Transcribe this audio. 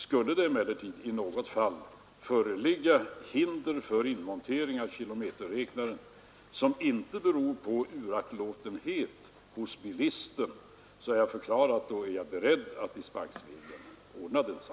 Skulle det emellertid i något fall föreligga hinder för inmontering av kilometerräknare vilket inte beror på uraktlåtenhet hos bilisten i detta avseende är jag, som jag sagt, beredd att dispensvägen ordna saken.